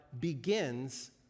begins